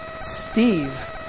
Steve